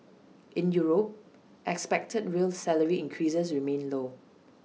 in Europe expected real salary increases remain low